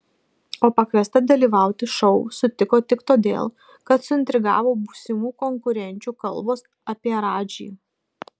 o pakviesta dalyvauti šou sutiko tik todėl kad suintrigavo būsimų konkurenčių kalbos apie radžį